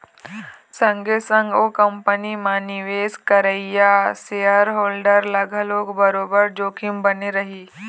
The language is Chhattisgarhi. संगे संग ओ कंपनी म निवेश करइया सेयर होल्डर ल घलोक बरोबर जोखिम बने रही